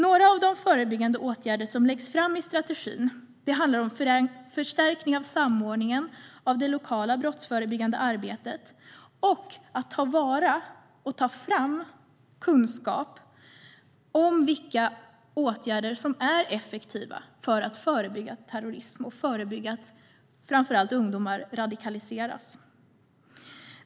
Några av de förebyggande åtgärder som läggs fram i strategin handlar om förstärkning av samordningen av det lokala brottsförebyggande arbetet och att ta vara på och ta fram kunskap om vilka åtgärder som är effektiva för att förebygga terrorism och att förebygga att framför allt ungdomar radikaliseras.